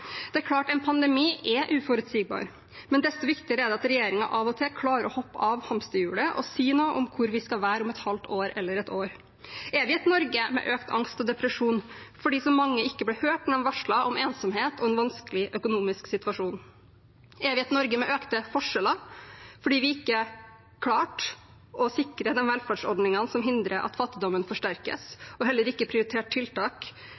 Det er klart at en pandemi er uforutsigbar, men desto viktigere er det at regjeringen av og til klarer å hoppe av hamsterhjulet og si noe om hvor vi skal være om et halvt år eller et år. Er vi et Norge med økt angst og depresjon fordi så mange ikke ble hørt da de varslet om ensomhet og en vanskelig økonomisk situasjon? Er vi et Norge med økte forskjeller fordi vi ikke klarte å sikre de velferdsordningene som hindrer at fattigdommen forsterkes, og heller ikke prioriterte tiltak